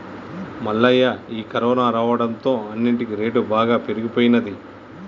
మల్లయ్య ఈ కరోనా రావడంతో అన్నిటికీ రేటు బాగా పెరిగిపోయినది